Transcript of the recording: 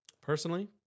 Personally